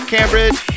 Cambridge